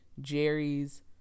Jerry's